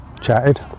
chatted